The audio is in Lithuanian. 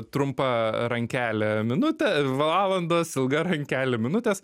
trumpa rankelė minutę valandos ilga rankele minutės